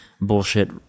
bullshit